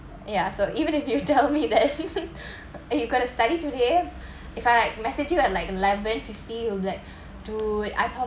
ya so even if you tell me that eh you're going to study today if I like message you at like eleven fifty you be like dude I probably